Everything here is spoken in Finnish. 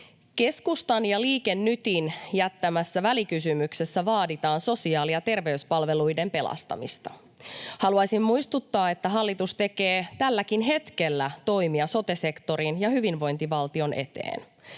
Keskustan ja Liike Nytin jättämässä välikysymyksessä vaaditaan sosiaali- ja terveyspalveluiden pelastamista. Haluaisin muistuttaa, että hallitus tekee tälläkin hetkellä toimia sote-sektorin ja hyvinvointivaltion eteen.